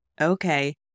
Okay